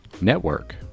network